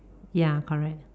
ya correct